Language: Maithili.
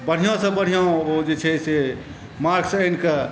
बढ़िआँसँ बढ़िआँ ओ जे छै से मार्क्स आनिके